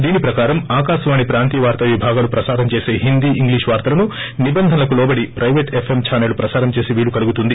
దీని ప్రకారం ఆకాశవాణి ప్రాంతీయ వార్తా విభాగాలు ప్రసారం చేసే హిందీ ఇంగ్లీష్ వార్తలను నిబంధనలకు లోబడి పైవేటు ఎఫ్ఎం ఛాసెళ్లు ప్రసారం చేసే వీలు కలుగుతుంది